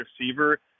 receiver